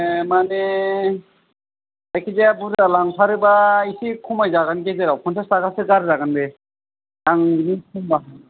माने एक केजिया बुरजा लांथारोब्ला एसे खमाय जागोन गेजेराव पनसास थाखासे गारजागोन दे आं बेनि खम बा हानाय नङा